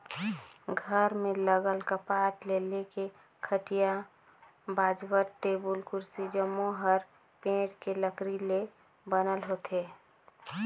घर में लगल कपाट ले लेके खटिया, बाजवट, टेबुल, कुरसी जम्मो हर पेड़ के लकरी ले बनल होथे